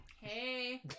Hey